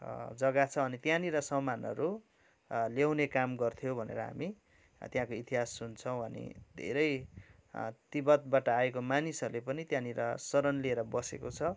जग्गा छ अनि त्यहाँनिर सामानहरू ल्याउने काम गर्थ्यो भनेर हामी त्यहाँको इतिहास सुन्छौँ अनि धेरै तिबतबाट आएको मानिसहरूले पनि त्यहाँनिर शरण लिएर बसेको छ